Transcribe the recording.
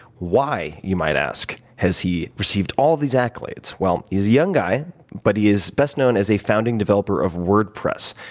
why, you might ask, has he received all these accolades? well, he's a young guy but he is best known as a founding developer of wordpress,